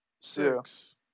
six